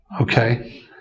Okay